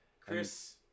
Chris